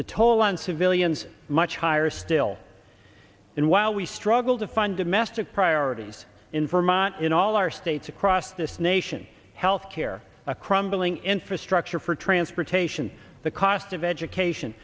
the toll on civilians much higher still and while we struggled to fund a massive priorities in vermont in all our states across this nation health care a crumbling infrastructure for transportation the cost of education